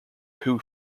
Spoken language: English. who